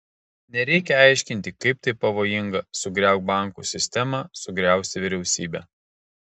nereikia aiškinti kaip tai pavojinga sugriauk bankų sistemą sugriausi valstybę